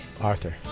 Arthur